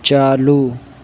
چالو